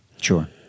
Sure